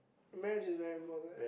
marriage is very important